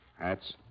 hats